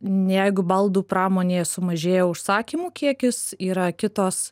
jeigu baldų pramonėje sumažėja užsakymų kiekis yra kitos